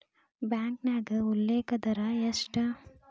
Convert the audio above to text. ಬ್ಯಾಂಕ್ನ್ಯಾಗ ಉಲ್ಲೇಖ ದರ ಎಷ್ಟ